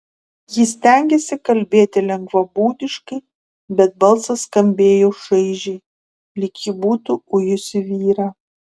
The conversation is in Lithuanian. ji stengėsi kalbėti lengvabūdiškai bet balsas skambėjo šaižiai lyg ji būtų ujusi vyrą